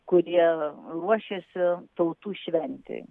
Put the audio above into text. kurie ruošiasi tautų šventei